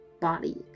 body